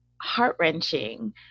heart-wrenching